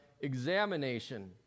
examination